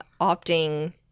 opting